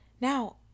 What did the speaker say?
Now